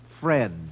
Fred